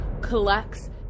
collects